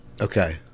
okay